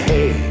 Hey